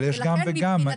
אבל יש גם וגם.